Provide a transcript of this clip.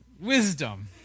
Wisdom